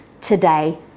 today